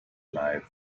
life